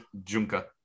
Junka